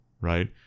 right